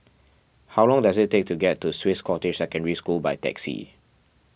how long does it take to get to Swiss Cottage Secondary School by taxi